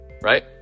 right